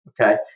okay